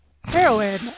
heroin